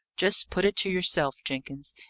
just put it to yourself, jenkins,